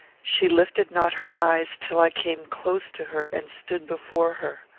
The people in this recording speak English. she lifted not her eyes till i came close to her and stood before her.